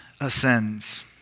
ascends